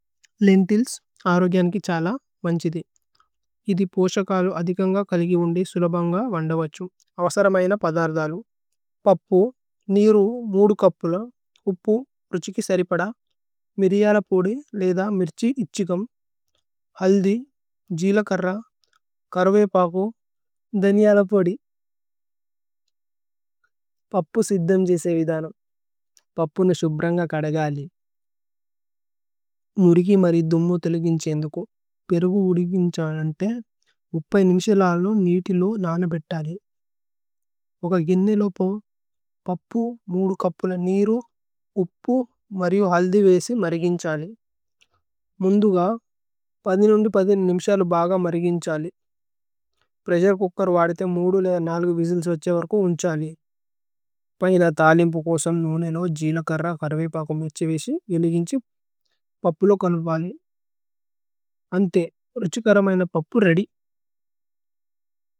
Lentils അരോഗിയനികി ഛല വന്ഛിദി ഇഥി। പോശകലു അധികന്ഗ കലിഗി ഉന്ദി സുലഭന്ഗ। വന്ദവഛു അവസരമയിന പദര്ദലു പപ്പു। നീരു കപ്പുല ഉപ്പു രുഛികി സരിപദ। മിരിയല പോദി, ലേധ, മിര്ഛി, ഇച്ഛിഗമ്। ഹല്ദി, ജീലകര്ര, കര്വേ പകു ധനിയല। പോദി പപ്പു സിദ്ദമ് ജേസേ വിദനമ് പപ്പുനു। ശുബ്രന്ഗ കദഗലി മുരിഗി മരി ദുമ്മു। തേലിഗിന്ഛി ഏന്ദകു പിരുഗു ഉദിഛിന്ഛാനന്തേ। നിമേശലലു നീതി ലോ നനപേത്തലി ഓക ഗിനി। ലോപോ പപ്പു കപ്പുല നീരു ഉപ്പു। മരിയു ഹല്ദി വേസി മരിഗിന്ഛലി മുന്ദുഗ। നിമേശലു ബഗ മരിഗിന്ഛലി പ്രേസ്സുരേ। ചൂകേര് വാദിതേ വിജില്സ് വഛേ വര്കോ ഉന്ഛലി। പൈന തലിമ്പു കോസമ്।